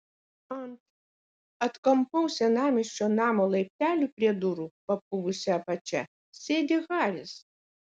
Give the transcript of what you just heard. ant atkampaus senamiesčio namo laiptelių prie durų papuvusia apačia sėdi haris